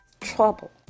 trouble